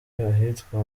ahitwa